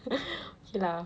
okay lah